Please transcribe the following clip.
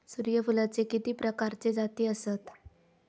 सूर्यफूलाचे किती प्रकारचे जाती आसत?